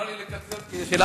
השר